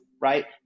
right